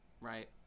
right